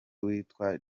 witwa